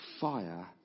fire